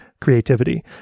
creativity